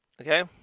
okay